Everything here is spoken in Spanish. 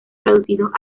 traducidos